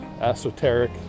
esoteric